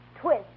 twist